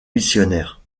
missionnaires